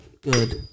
good